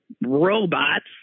robots